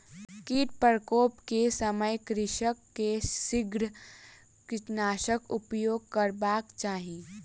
कीट प्रकोप के समय कृषक के शीघ्र कीटनाशकक उपयोग करबाक चाही